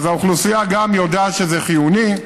האוכלוסייה גם יודעת שזה חיוני,